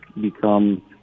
become